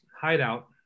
hideout